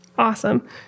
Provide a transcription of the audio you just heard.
Awesome